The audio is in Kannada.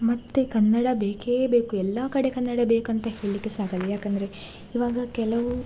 ಮತ್ತು ಕನ್ನಡ ಬೇಕೇ ಬೇಕು ಎಲ್ಲ ಕಡೆ ಕನ್ನಡ ಬೇಕಂತ ಹೇಳಲಿಕ್ಕೆ ಸಹ ಆಗಲ್ಲ ಯಾಕಂದರೆ ಇವಾಗ ಕೆಲವು